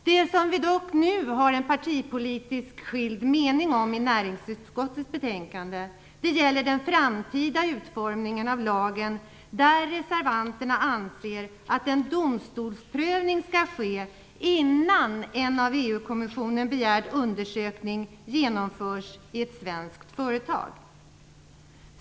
Det som vi dock nu har en partipolitiskt skild mening om i näringsutskottets betänkande gäller den framtida utformningen av lagen, där reservanterna anser att en domstolsprövning skall ske innan en av EU-kommissionen begärd undersökning genomförs i ett svenskt företag.